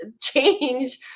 change